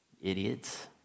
Idiots